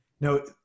no